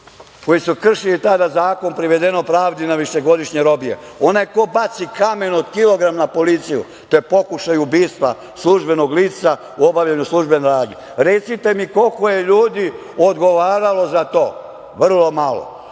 koji su kršili tada zakon privedeno pravdi na višegodišnje robije? Onaj ko baci kamen od kilogram na policiju, to je pokušaj ubistva službenog lica u obavljanju službene radnje. Recite mi, koliko je ljudi odgovaralo za to? Vrlo malo. Zato